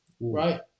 right